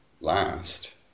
last